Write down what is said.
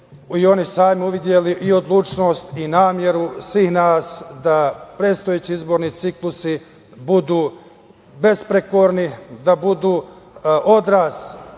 i oni sami uvideli i odlučnost i nameru svih nas da predstojeći izborni ciklusi budu besprekorni, da budu odraz